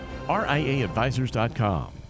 RIAadvisors.com